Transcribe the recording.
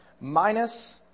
minus